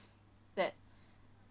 that